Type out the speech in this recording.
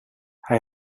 hij